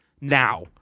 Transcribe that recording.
now